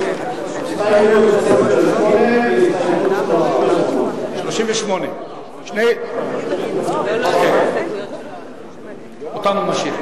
הסתייגות 28 והסתייגות 38. 38. שני, אותן נשאיר.